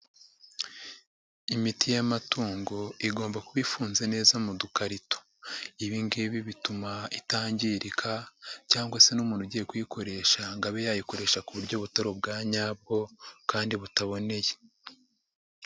Imiti y'amatungo igomba kuba ifunze neza mu dukarito. Ibi ngibi bituma itangirika, cyangwa se n'umuntu ugiye kuyikoresha ngo abe yayikoresha ku buryo butari ubwa nyabwo kandi butaboneye.